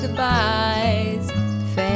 goodbyes